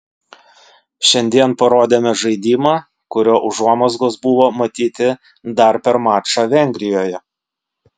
šiandien parodėme žaidimą kurio užuomazgos buvo matyti dar per mačą vengrijoje